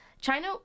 China